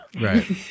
Right